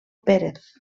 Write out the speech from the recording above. pérez